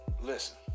listen